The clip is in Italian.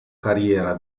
carriera